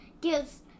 gives